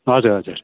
हजुर हजुर